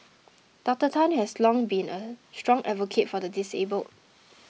Doctor Tan has long been a strong advocate for the disabled